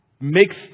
makes